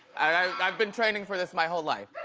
i've been training for this my whole life.